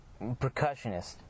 percussionist